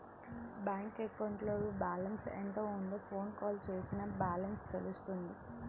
bank అకౌంట్లో balance ఎంత ఉందో ఫోన్ కాల్ చేసినా బ్యాలెన్స్ తెలుస్తుంది